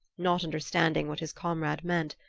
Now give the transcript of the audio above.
not understanding what his comrade meant,